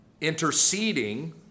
interceding